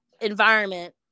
environment